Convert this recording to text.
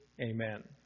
Amen